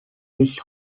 this